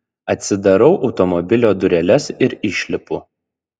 atsidarau automobilio dureles ir išlipu